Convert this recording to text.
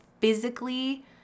physically